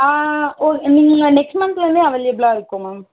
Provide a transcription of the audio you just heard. ஆ ஒ நீங்கள் நெக்ஸ்ட் மந்த்லேருந்தே அவைலபுளாக இருக்கும் மேம்